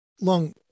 long